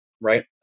right